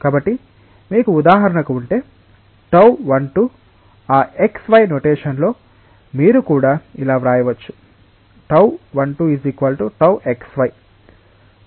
కాబట్టి మీకు ఉదాహరణకు ఉంటే τ12 ఆ xy నొటేషన్ లో మీరు కూడా ఇలా వ్రాయవచ్చు τ12 τ xy